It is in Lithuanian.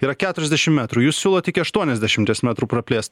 yra keturiasdešim metrų jūs siūlot iki aštuoniasdešimties metrų praplėst